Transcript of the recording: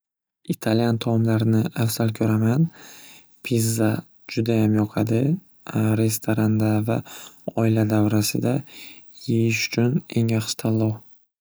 Italiyan taomlarini afzal ko'raman pizza judayam yoqadi restoranda va oila davrasida yeyish uchun eng yaxshi tanlov.